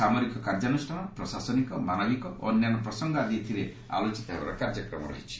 ସାମରିକ କାର୍ଯ୍ୟାନୁଷ୍ଠାନ ପ୍ରଶାସନିକ ମାନବିକ ଓ ଅନ୍ୟାନ୍ୟ ପ୍ରସଙ୍ଗ ଆଦି ଏଥିରେ ଆଲୋଚିତ ହେବାର କାର୍ଯ୍ୟକ୍ମ ରହିଛି